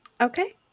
Okay